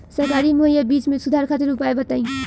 सरकारी मुहैया बीज में सुधार खातिर उपाय बताई?